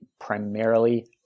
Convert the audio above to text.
primarily